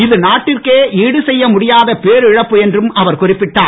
இது நாட்டிற்கே ஈடு செய்ய முடியாத பேரிழப்பு என்றும் அவர் குறிப்பிட்டார்